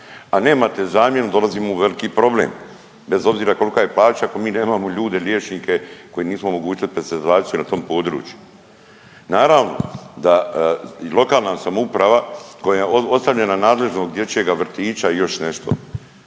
a nemate zamjenu dolazimo u veliki problem bez obzira kolika je plaća ako mi nemamo ljude liječnike koje nismo u mogućnosti …/Govornik se ne razumije./.. na tom području. Naravno da i lokalna samouprava koja je ostavljena nadležno od dječjega vrtića i još nešto